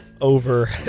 over